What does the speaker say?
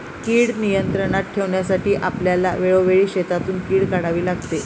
कीड नियंत्रणात ठेवण्यासाठी आपल्याला वेळोवेळी शेतातून कीड काढावी लागते